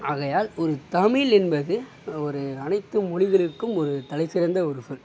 ஆகையால் ஒரு தமிழ் என்பது ஒரு அனைத்து மொழிகளிற்க்கும் ஒரு தலைசிறந்த ஒரு சொல்